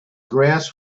grass